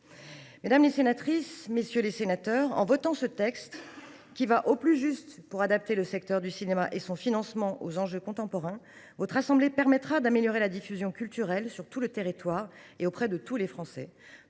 levier pour accélérer les changements. En votant ce texte, qui va au plus juste pour adapter le secteur du cinéma et son financement aux enjeux contemporains, votre assemblée permettra d’améliorer la diffusion culturelle sur tout le territoire et auprès de tous les Français,